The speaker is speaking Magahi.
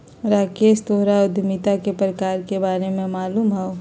राकेश तोहरा उधमिता के प्रकार के बारे में मालूम हउ